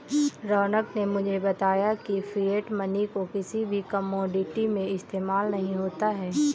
रौनक ने मुझे बताया की फिएट मनी को किसी भी कोमोडिटी में इस्तेमाल नहीं होता है